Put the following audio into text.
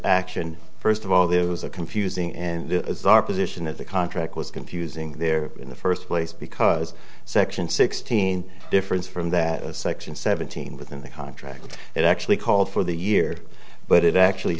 action first of all there was a confusing and the position of the contract was confusing there in the first place because section sixteen different from that section seventeen within the contract it actually called for the year but it actually